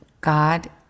God